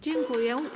Dziękuję.